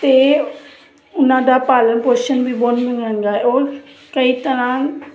ਅਤੇ ਉਨਾਂ ਦਾ ਪਾਲਣ ਪੋਸ਼ਨ ਵੀ ਬਹੁਤ ਮਹਿੰਗਾ ਹੈ ਔਰ ਕਈ ਤਰ੍ਹਾਂ